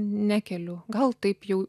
nekeliu gal taip jau